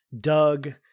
Doug